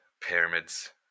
pyramids